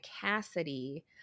Cassidy